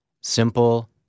Simple